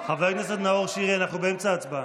חבר הכנסת נאור שירי, אנחנו באמצע ההצבעה.